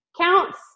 counts